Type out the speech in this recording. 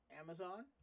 Amazon